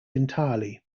entirely